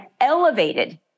elevated